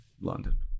London